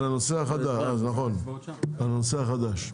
נושא חדש, אה נכון נושא חדש.